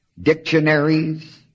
Dictionaries